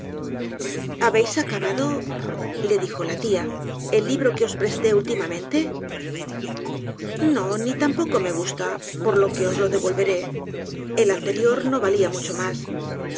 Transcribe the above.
habéis acabado le dijo la tia el libro que os presté últimamente no ni tampoco me gusta por lo que os lo devolveré el anterior no valia mucho mas